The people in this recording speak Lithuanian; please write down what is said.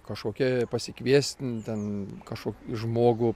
kažkokė pasikvies ten kažko žmogų